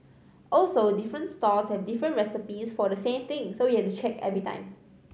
also different stalls have different recipes for the same thing so we have to check every time